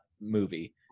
movie